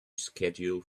schedule